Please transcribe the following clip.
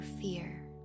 fear